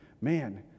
Man